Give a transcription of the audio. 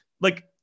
like-